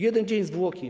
Jeden dzień zwłoki.